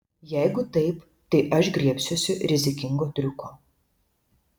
jeigu taip tai aš griebsiuosi rizikingo triuko